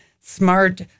smart